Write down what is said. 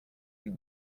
had